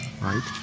Right